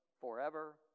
forever